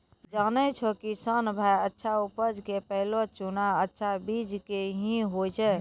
जानै छौ किसान भाय अच्छा उपज के पहलो चुनाव अच्छा बीज के हीं होय छै